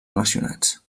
relacionats